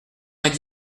vingt